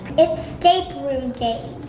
escape room games.